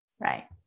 right